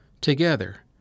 together